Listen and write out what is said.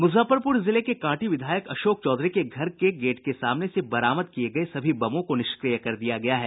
मुजफ्फरपुर जिले के कांटी विधायक अशोक चौधरी के घर के में गेट के सामने से बरामद किए गए सभी बमों को निष्क्रिय कर दिया गया है